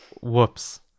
whoops